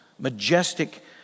Majestic